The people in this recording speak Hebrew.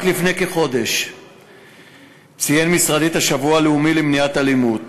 רק לפני כחודש ציין משרדי את השבוע הלאומי למניעת אלימות